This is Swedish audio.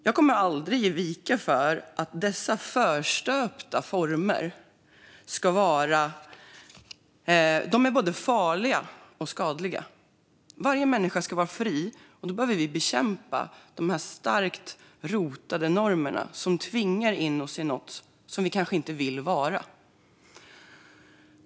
Jag kommer aldrig att vika från min uppfattning att dessa förstöpta former är både farliga och skadliga. Varje människa ska vara fri, och då behöver vi bekämpa dessa starkt rotade normer som tvingar in oss i något som vi kanske inte vill vara.